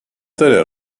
tedy